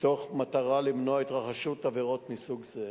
מתוך מטרה למנוע התרחשות עבירות מסוג זה.